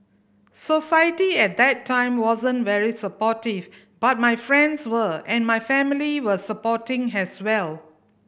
society at that time wasn't very supportive but my friends were and my family were supporting has well